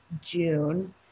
June